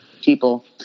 people